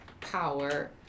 power